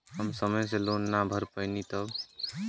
हम समय से लोन ना भर पईनी तब?